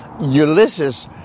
Ulysses